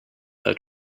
her